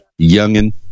youngin